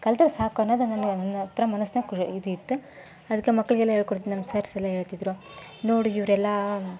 ಕಲಿತ್ರೆ ಸಾಕು ಅನ್ನೋದು ನನಗೆ ನನ್ನ ಹತ್ರ ಮನಸ್ನಾಗ ಕು ಇದಿತ್ತು ಅದಕ್ಕೆ ಮಕ್ಕಳಿಗೆಲ್ಲ ಹೇಳ್ಕೊಡ್ತಿನಿ ನಮ್ಮ ಸರ್ಸ್ ಎಲ್ಲ ಹೇಳ್ತಿದ್ರು ನೋಡಿ ಇವರೆಲ್ಲ